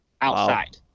outside